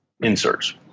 inserts